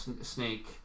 snake